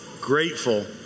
grateful